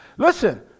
Listen